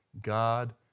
God